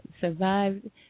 survived